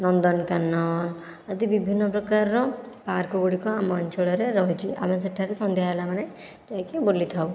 ନନ୍ଦନକାନନ ଆଦି ବିଭିନ୍ନ ପ୍ରକାରର ପାର୍କ ଗୁଡ଼ିକ ଆମ ଅଞ୍ଚଳରେ ରହିଛି ଆମେ ସେଠାରେ ସନ୍ଧ୍ୟା ହେଲେ ମାନେ ଯାଇକି ବୁଲିଥାଉ